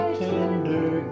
tender